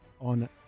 on